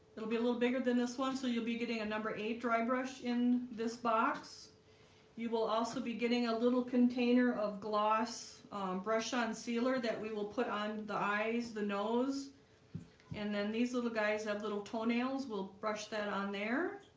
it'll be a little bigger than this one. so you'll be getting a number eight dry brush in this box you will also be getting a little container of gloss brush on sealer that we will put on the eyes the nose and then these little guys have little toenails. we'll brush that on there